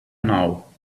now